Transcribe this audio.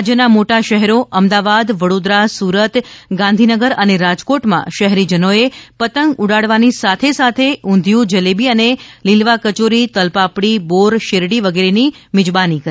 રાજ્યના મોટા શહેરો અમદાવાદ વડોદરા સુરત ગાંધીનગર અને રાજકોટમાં શહેરીજનોએ પતંગ ઉડાડવાની સાથે ઉંઘિયું જલેબી અને લીલવા કચોરી તલપાપડી બોર શેરડી વગેરેની મીજબાની કરી